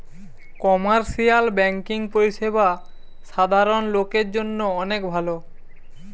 commercial banking পরিষেবা সাধারণ লোকের জন্য অনেক ভালো